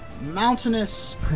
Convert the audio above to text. mountainous